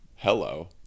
hello